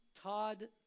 Todd